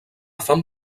fam